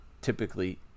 typically